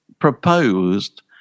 proposed